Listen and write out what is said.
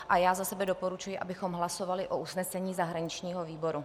A já za sebe doporučuji, abychom hlasovali o usnesení zahraničního výboru.